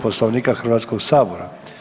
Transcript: Poslovnika Hrvatskoga sabora.